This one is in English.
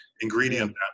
ingredient